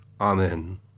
amen